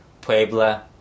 Puebla